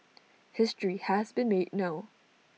history has been made no